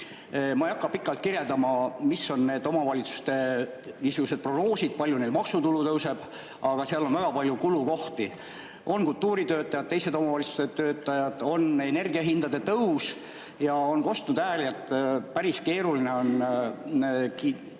Ma ei hakka pikalt kirjeldama, mis on need omavalitsuste niisugused prognoosid, palju neil maksutulu tõuseb, aga seal on väga palju kulukohti: on kultuuritöötajad, teised omavalitsuse töötajad, on energiahindade tõus. Ja on kostnud hääli, et päris keeruline on